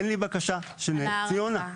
אין לי בקשה של נס ציונה.